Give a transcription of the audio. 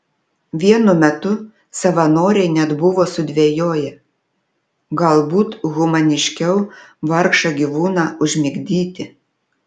vienu metu savanoriai net buvo sudvejoję galbūt humaniškiau vargšą gyvūną užmigdyti